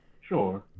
Sure